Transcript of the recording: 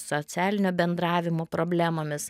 socialinio bendravimo problemomis